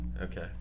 Okay